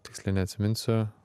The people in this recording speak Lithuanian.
tiksliai neatsiminsiu